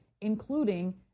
including